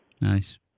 Nice